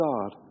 God